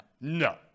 No